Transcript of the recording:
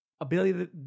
ability